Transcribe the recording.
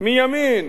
מימין